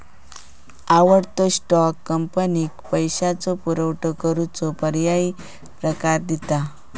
आवडतो स्टॉक, कंपनीक पैशाचो पुरवठो करूचो पर्यायी प्रकार दिता